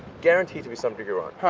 guaranteed to be some degree wrong,